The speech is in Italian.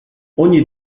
ogni